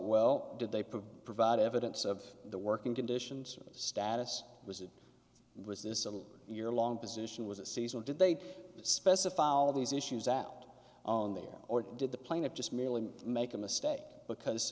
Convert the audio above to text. well did they provide provide evidence of the working conditions status was it was this a year long position was a seasonal did they specify all of these issues at own there or did the plaintiff just merely make a mistake because